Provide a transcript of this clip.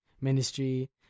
ministry